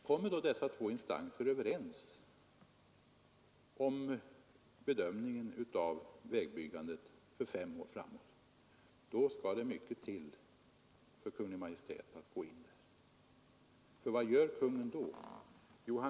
Kan då dessa två instanser enas i bedömningen av vägbyggandet för fem år framåt, skall det mycket till för att Kungl. Maj:t skall gå in. För vad gör Kungl. Maj:t då?